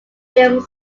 film